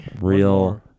Real